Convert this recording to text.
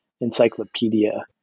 encyclopedia